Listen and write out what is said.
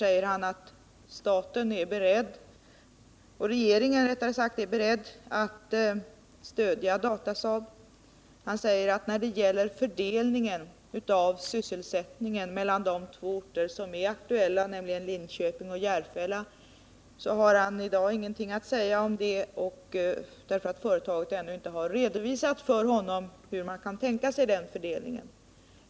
I anslutning till uttalandet att regeringen är beredd att stödja Datasaab sade industriministern att han när det gäller fördelningen av sysselsättningen mellan de två orter som är aktuella, nämligen Linköping och Järfälla, i dag inte kan uttala sig om detta, därför att företaget ännu inte har redovisat för honom hur man kan tänka sig den fördelningen.